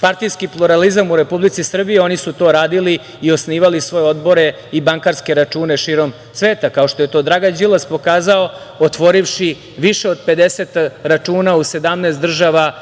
partijski pluralizam u Republici Srbiji, oni su to radili i osnivali svoje odbore i bankarske račune širom sveta, kao što je to Dragan Đilas pokazao otvorivši više od 50 računa u 17 država,